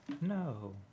No